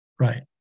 right